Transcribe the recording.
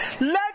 let